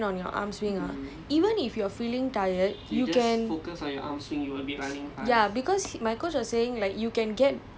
ya is because right once you like condition your form to like depend on your arms swing ah even if you're feeling tired